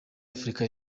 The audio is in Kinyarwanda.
afurika